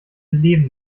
leben